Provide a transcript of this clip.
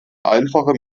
einfache